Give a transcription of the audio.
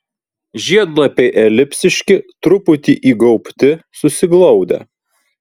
žiedlapiai elipsiški truputį įgaubti susiglaudę